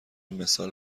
مثال